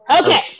Okay